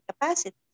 capacity